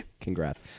Congrats